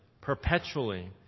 perpetually